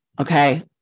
Okay